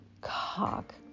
cock